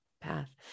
path